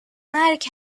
مرگ